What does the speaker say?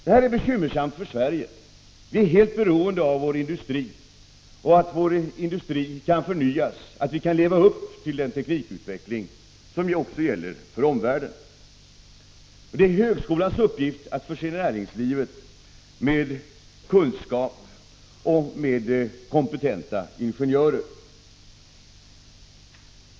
Det här är bekymmersamt för Sverige. Vi är helt beroende av vår industri och av att vår industri kan förnyas och leva upp till den teknikutveckling som gäller för omvärlden. Det är högskolans uppgift att förse näringslivet med kunskap och med kompetenta ingenjörer.